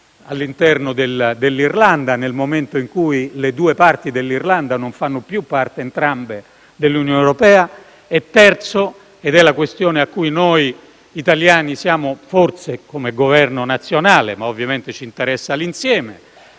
all'interno dell'Irlanda nel momento in cui le due parti dell'Irlanda non fanno più parte entrambe dell'Unione europea. In terzo luogo, vi è la questione a cui noi italiani siamo forse, come Governo nazionale - anche se ovviamente ci interessa l'insieme